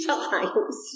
times